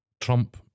Trump